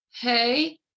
hey